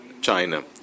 China